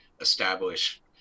establish